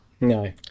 No